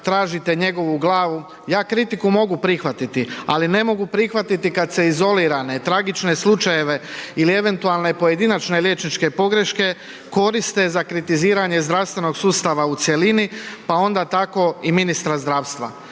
tražite njegovu glavu, ja kritiku mogu prihvatiti, ali ne mogu prihvatiti kad se izolirane, tragične slučajeve ili eventualne pojedinačne liječničke pogreške koriste za kritiziranje zdravstvenog sustava u cjelini, pa onda tako i ministra zdravstva.